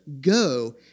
go